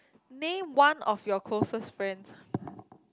name one of your closest friend